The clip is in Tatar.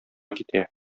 китә